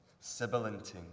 Sibilanting